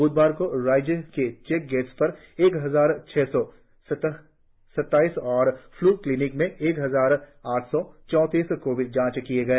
बुधवार को राज्य के चेक गेट्स पर एक हजार छह सौ सत्ताईस और फ्लू क्लीनिक में एक हजार आठ सौ चौतीस कोविड जांच किए गए